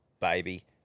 baby